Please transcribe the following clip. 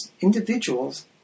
individuals